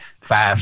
five